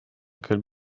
could